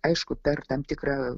aišku per tam tikrą